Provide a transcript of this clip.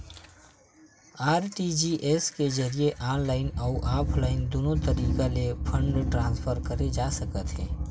RTGS के जरिए online अउ ऑफलाइन दुनो तरीका ले फंड ट्रांसफर करे जा सकथे